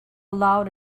loud